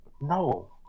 No